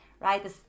right